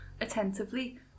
attentively